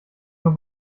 nur